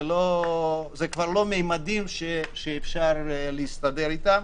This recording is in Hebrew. זה כבר לא ממדים שאפשר להסתדר אתם.